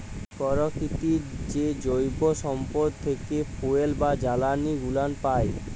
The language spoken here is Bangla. পরকিতির যে জৈব সম্পদ থ্যাকে ফুয়েল বা জালালী গুলান পাই